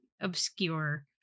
obscure